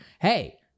hey